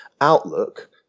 outlook